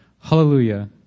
Hallelujah